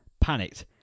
panicked